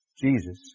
Jesus